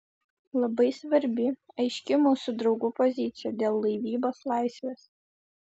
labai svarbi aiški mūsų draugų pozicija dėl laivybos laisvės